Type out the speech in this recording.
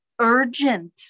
urgent